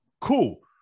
Cool